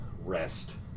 Rest